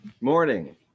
Morning